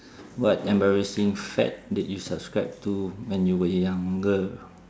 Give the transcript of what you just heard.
what embarrassing fad did you subscribe to when you were younger